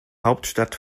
hauptstadt